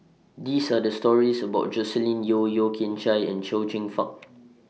These Are The stories about Joscelin Yeo Yeo Kian Chai and Chia Fah